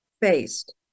faced